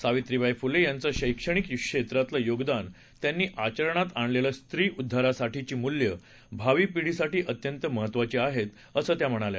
सावित्रीबाई फुले यांचं शक्तणिक क्षेत्रातलं योगदान त्यांनी आचरणात आणलेली स्त्री उद्दारासाठीची मुल्ये भावी पिढीसाठी अत्यंत महत्त्वाची आहेत असं त्या म्हणाल्या